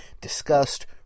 discussed